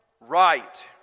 right